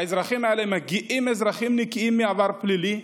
האזרחים האלה מגיעים נקיים מעבר פלילי,